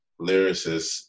lyricist